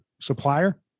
supplier